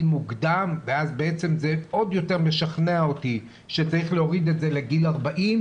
מוקדם ואז בעצם זה עוד יותר משכנע אותי שצריך להוריד לגיל 40,